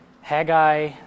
Haggai